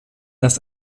das